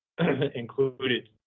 included